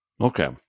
Okay